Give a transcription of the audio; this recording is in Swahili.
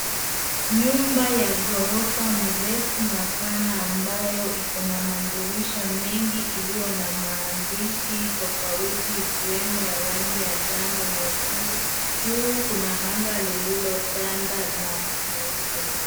Nyumba ya ghorafa mrefu na pana ambayo iko na madirisha mengi iliyo na maandishi tofauti ikiwemo ya rangi ya njano nyekundu, juu kuna anga lililotanda na meupe.